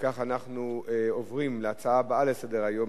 אנחנו עוברים להצעות הבאות לסדר-היום,